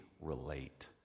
relate